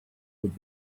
could